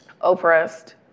oppressed